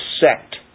sect